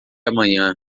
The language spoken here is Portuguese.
amanhã